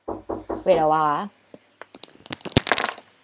wait a while ah